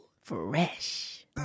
Fresh